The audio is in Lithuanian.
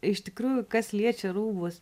iš tikrųjų kas liečia rūbus